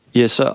yes, ah